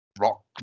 rock